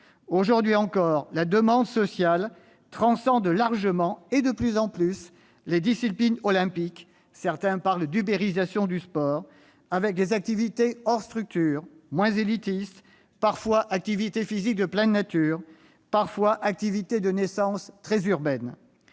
Aujourd'hui encore, la demande sociale transcende largement, et de plus en plus, les disciplines olympiques- certains évoquent une « ubérisation » du sport -avec les activités hors structures, moins élitistes, parfois activités physiques de pleine nature, parfois activités d'essence très urbaine.